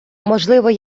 можливо